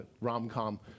rom-com